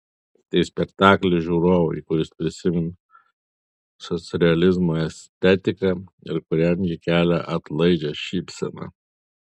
tai spektaklis žiūrovui kuris prisimena socrealizmo estetiką ir kuriam ji kelia atlaidžią šypseną